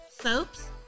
Soaps